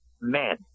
men